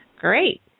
Great